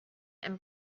and